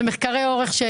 זה מחקרי אורך.